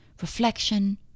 Reflection